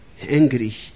angry